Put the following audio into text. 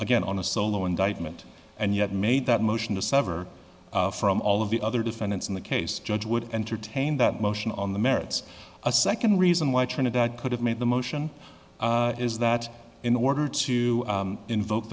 again on a solo indictment and yet made that motion to sever from all of the other defendants in the case judge would entertain that motion on the merits a second reason why trinidad could have made the motion is that in order to invoke